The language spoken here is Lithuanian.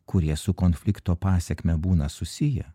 kurie su konflikto pasekme būna susiję